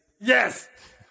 yes